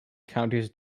counties